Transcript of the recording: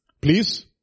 Please